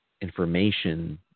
information